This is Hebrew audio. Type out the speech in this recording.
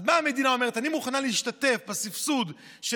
אז באה המדינה ואומרת: אני מוכנה להשתתף בסבסוד של